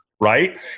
right